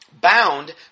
Bound